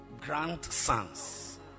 grandsons